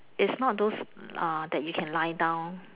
is not those uh that you can lie down